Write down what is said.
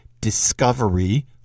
discovery